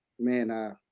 man